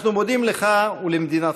אנחנו מודים לך ולמדינתך,